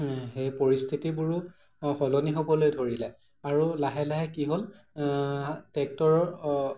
সেই পৰিস্থিতিবোৰো সলনি হ'বলৈ ধৰিলে আৰু লাহে লাহে কি হ'ল ট্ৰেক্টৰৰ